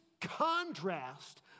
contrast